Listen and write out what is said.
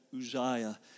Uzziah